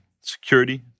Security